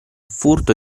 furto